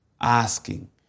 asking